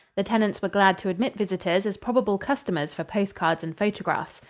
the tenants were glad to admit visitors as probable customers for postcards and photographs.